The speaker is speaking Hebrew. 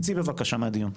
תצאי בבקשה מהדיון.